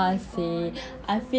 oh my god then also